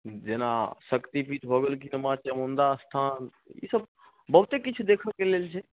जेना शक्ति पीठ भऽ गेलखिन माँ चामुण्डा स्थान ई सब बहुते किछु देखैके लेल छै